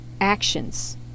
actions